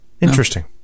Interesting